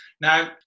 Now